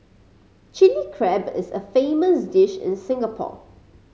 Chilli Crab is a famous dish in Singapore